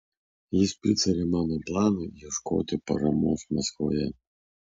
jis pritarė mano planui ieškoti paramos maskvoje